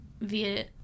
via